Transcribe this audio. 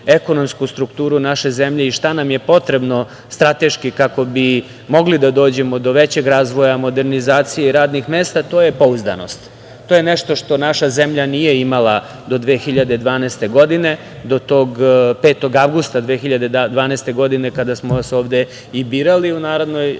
ekonomsku strukturu naše zemlje i šta nam je potrebno strateški kako bi mogli da dođemo do većeg razvoja, modernizacije i radnih mesta, to je pouzdanost. To je nešto što naša zemlja nije imala do 2012. godine, do tog 5. avgusta 2012. godine kada smo vas ovde i birali u Narodnoj skupštini